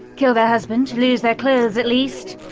kill their husband? lose their clothes at least?